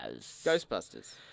Ghostbusters